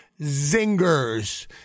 zingers